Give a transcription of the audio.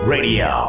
Radio